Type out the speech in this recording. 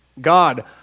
God